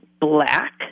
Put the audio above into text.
black